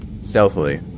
stealthily